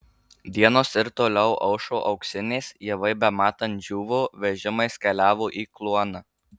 dienos ir toliau aušo auksinės javai bematant džiūvo vežimais keliavo į kluoną